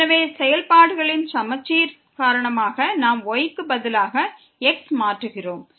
எனவே செயல்பாடுகளின் சமச்சீர் காரணமாக நாம் y க்கு பதிலாக xஐ மாற்றுகிறோம்